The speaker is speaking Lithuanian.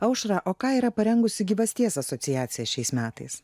aušra o ką yra parengusi gyvasties asociacija šiais metais